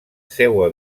seua